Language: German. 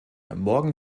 morgen